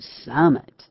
summit